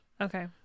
Okay